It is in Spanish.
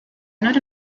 honor